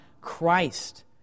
Christ